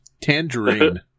Tangerine